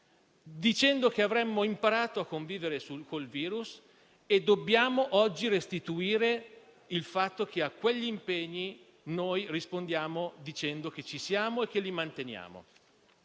dicendo che avremmo imparato a convivere con il virus e dobbiamo oggi far presente che a quegli impegni rispondiamo dicendo che ci siamo e che li manteniamo.